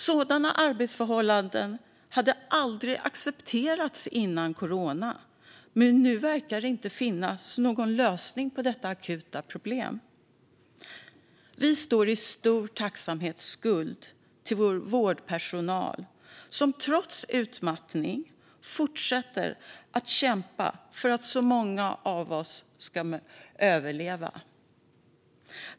Sådana arbetsförhållanden hade aldrig accepterats före corona, men nu verkar det inte finnas någon lösning på detta akuta problem. Vi står i stor tacksamhetsskuld till vår vårdpersonal, som trots utmattning fortsätter att kämpa för att så många som möjligt av oss ska överleva.